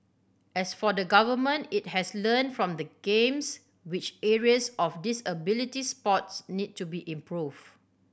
as for the Government it has learnt from the Games which areas of disability sports need to be improved